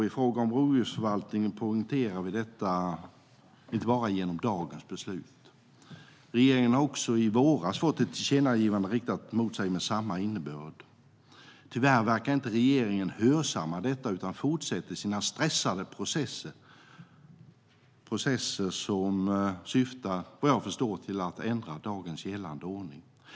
I fråga om rovdjursförvaltningen poängterar vi detta inte bara genom dagens beslut; regeringen fick också i våras ett tillkännagivande riktat till sig med samma innebörd. Tyvärr verkar inte regeringen hörsamma detta, utan fortsätter sina stressade processer. Det är processer som vad jag förstår syftar till att ändra dagens gällande ordning.